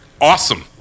awesome